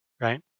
right